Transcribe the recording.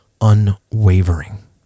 unwavering